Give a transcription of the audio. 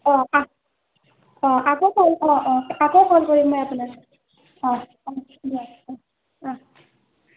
অঁ অঁ আকৌ ক'ল অঁ অঁ আকৌ ক'ল কৰিম মই আপোনাক অঁ অঁ অঁ অঁ